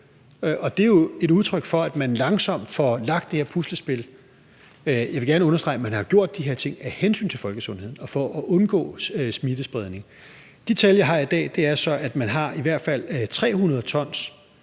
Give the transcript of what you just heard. Det er udtryk for, at man langsomt får lagt det her puslespil. Jeg vil gerne understrege, at man har gjort de her ting af hensyn til folkesundheden og for at undgå smittespredning. De tal, jeg har i dag, er så, at man i hvert fald har 300